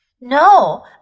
No